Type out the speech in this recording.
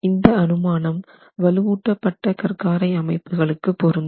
இந்த அனுமானம் வலுவூட்ட பட்ட கற்காரை அமைப்புகளுக்கு பொருந்தும்